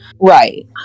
right